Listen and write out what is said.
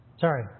Sorry